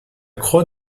croix